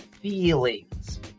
feelings